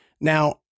Now